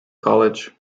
college